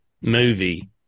movie